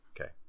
Okay